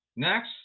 Next